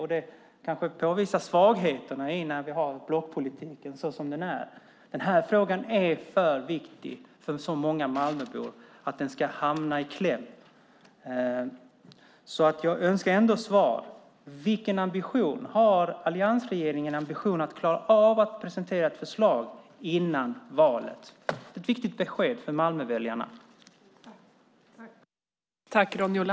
Det kanske påvisar svagheterna i blockpolitiken såsom den är. Den här frågan är för viktig för många Malmöbor för att den ska hamna i kläm. Jag önskar ändå svar. Vilken ambition har alliansregeringen att klara av att presentera ett förslag innan valet? Det är ett viktigt besked för Malmöväljarna.